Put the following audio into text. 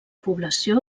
població